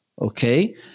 Okay